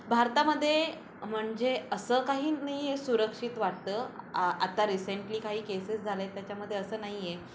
भारतामध्ये म्हणजे असं काही नाही आहे सुरक्षित वाटतं आ आता रिसेंटली काही केसेस झालेत त्याच्यामध्ये असं नाही आहे